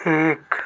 एक